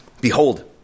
behold